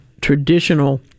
traditional